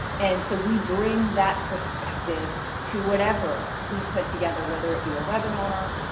and so we bring that perspective to whatever we put together whether it be a webinar,